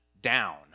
down